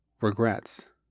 regrets